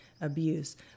abuse